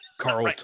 Carl